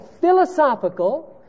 philosophical